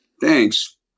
Thanks